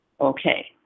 Okay